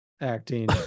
acting